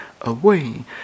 away